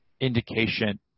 indication